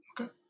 Okay